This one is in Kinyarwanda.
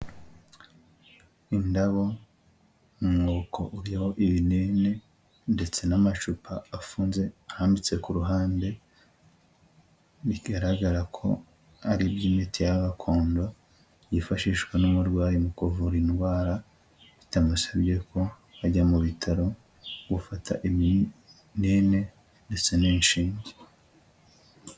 Indabo, umwuko uriho ibinini ndetse n'amacupa afunze ahanditse ku ruhande, bigaragara ko ari iby'imiti y gakondo, yifashishwa n'umurwayi mu kuvura indwara, bitamusabye ko bajya mu bitaro, gufata ibinine ndetse n'inshinge.